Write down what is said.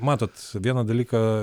matot vieną dalyką